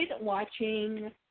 watching